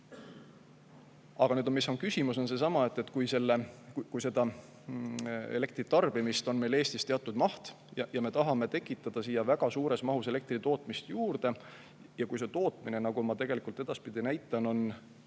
Aga mis on küsimus? Seesama, et kui elektri tarbimist on meil Eestis teatud maht ja me tahame tekitada siia väga suures mahus elektritootmist juurde ja kui see tootmine on, nagu ma edaspidi näitan,